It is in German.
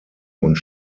und